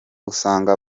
usanga